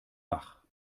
bach